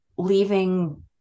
leaving